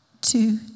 two